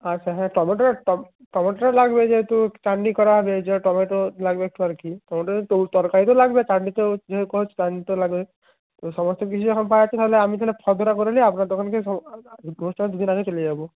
আচ্ছা হ্যাঁ টমেটোটা টমেটোটা লাগবে যেহেতু চাটনি করা হবে যা টমেটো লাগবে একটু আর কি টমেটো তরকারিতেও লাগবে চাটনিতেও যে হচ্ছে চাটনিতেও লাগবে তো সমস্ত কিছু যখন পাওয়া যাচ্ছে তাহলে আমি তাহলে ফর্দটা করে নিয়ে আপনার দোকানে গিয়ে অনুষ্ঠানের দুদিন আগেই চলে যাব